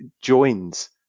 joins